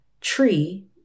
Tree